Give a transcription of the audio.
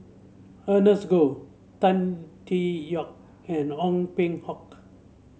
Ernest Goh Tan Tee Yoke and Ong Peng Hock